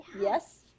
Yes